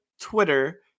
twitter